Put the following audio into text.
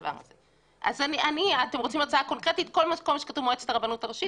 אזורי, תמנה מועצת הרבנות הראשית